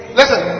listen